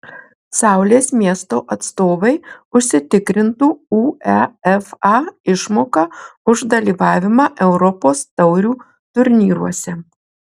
saulės miesto atstovai užsitikrintų uefa išmoką už dalyvavimą europos taurių turnyruose